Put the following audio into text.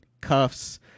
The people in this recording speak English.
cuffs